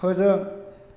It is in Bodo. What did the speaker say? फोजों